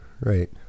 right